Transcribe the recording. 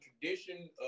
tradition